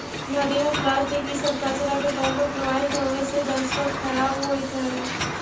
नदि में प्लास्टिक इ सब कचड़ा के तौर पर प्रवाहित होवे से जलस्रोत खराब होइत हई